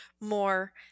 more